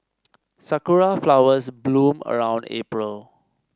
Sakura flowers bloom around April